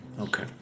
Okay